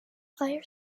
higher